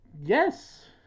Yes